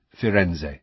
Firenze